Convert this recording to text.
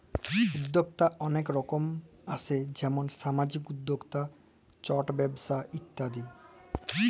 উদ্যক্তা অলেক রকম আসে যেমল সামাজিক উদ্যক্তা, ছট ব্যবসা ইত্যাদি